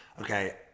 okay